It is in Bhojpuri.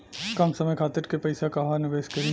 कम समय खातिर के पैसा कहवा निवेश करि?